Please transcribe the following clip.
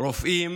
רופאים